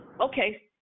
okay